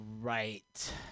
right